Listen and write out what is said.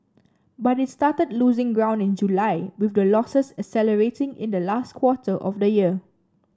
but it started losing ground in July with the losses accelerating in the last quarter of the year